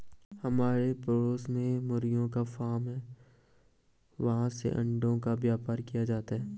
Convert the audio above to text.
हमारे पड़ोस में मुर्गियों का फार्म है, वहाँ से अंडों का व्यापार किया जाता है